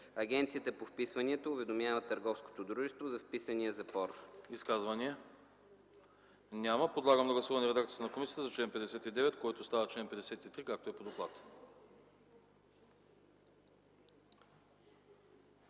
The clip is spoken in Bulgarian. Агенцията по вписванията уведомява търговското дружество за вписания запор.”